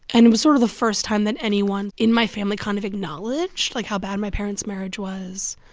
and it was sort of the first time that anyone in my family kind of acknowledged, like, how bad my parent's marriage was